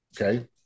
Okay